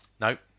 Nope